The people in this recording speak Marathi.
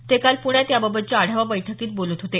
ते काल पुण्यात याबाबतच्या आढावा बैठकीत बोलत होते